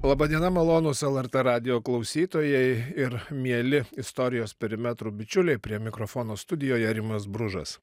laba diena malonūs lrt radijo klausytojai ir mieli istorijos perimetrų bičiuliai prie mikrofono studijoje rimas bružas